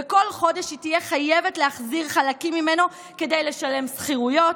וכל חודש היא תהיה חייבת להחזיר חלקים ממנו כדי לשלם שכירויות,